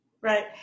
Right